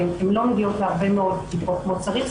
והן לא מגיעות להרבה מאוד בדיקות כמו שצריך.